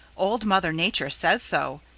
old mother nature says so,